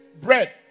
bread